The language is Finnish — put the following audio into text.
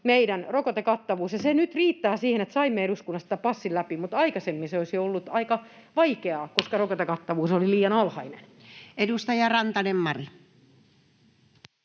73,7 prosenttia, ja se riittää nyt siihen, että saimme eduskunnasta tämän passin läpi, mutta aikaisemmin se olisi ollut aika vaikeaa, koska rokotekattavuus oli liian alhainen. Edustaja Rantanen Mari.